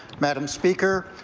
madam speaker,